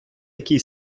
який